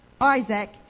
Isaac